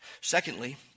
Secondly